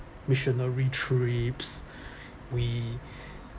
missionary trips we